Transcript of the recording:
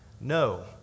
No